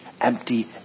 empty